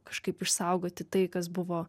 kažkaip išsaugoti tai kas buvo